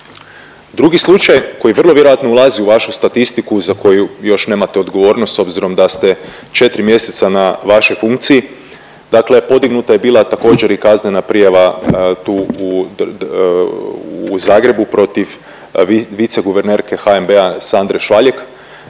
Drugi slučaj koji vrlo vjerojatno ulazi u vašu statistiku za koju još nemate odgovornost s obzirom da ste 4 mjeseca na vašoj funkciji. Dakle, podignuta je bila također i kaznena prijava tu u Zagrebu protiv vice guvernerske HNB-a Sandre Švaljeg.